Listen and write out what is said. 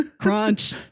Crunch